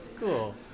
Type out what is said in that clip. Cool